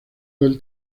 del